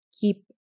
keep